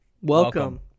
Welcome